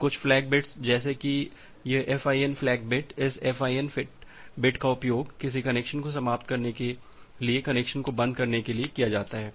बस कुछ flag bits जैसे कि यह FIN फ़्लैग बिट इस FIN बिट का उपयोग किसी कनेक्शन को समाप्त करने के लिए कनेक्शन को बंद करने के लिए किया जाता है